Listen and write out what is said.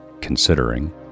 considering